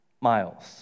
miles